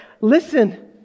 Listen